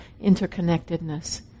interconnectedness